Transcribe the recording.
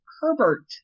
Herbert